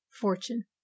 fortune